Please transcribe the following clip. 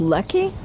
Lucky